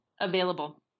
available